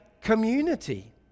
community